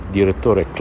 direttore